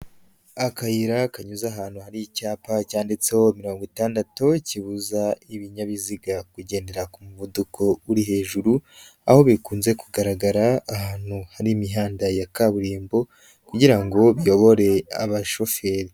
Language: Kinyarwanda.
akayira kanyuze ahantu hari icyapa cyanditseho mirongo itandatu kibuza ibinyabiziga kugendera ku muvuduko uri hejuru, aho bikunze kugaragara ahantu hari imihanda ya kaburimbo kugira ngo biyobore abashoferi.